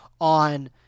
on